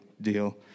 deal